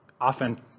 often